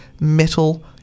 metal